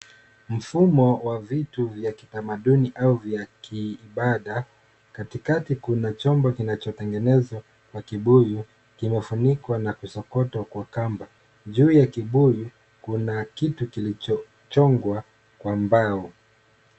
Mfumo wa vitu vya kitamaduni au vya kiibada. Katikati kuna chombo kinachotengenezwa na kibuyu kimefunikwa na kusokotwa kwa kamba. Juu ya kibuyu kuna kitu kilichochongwa kwa mbao.